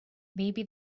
maybe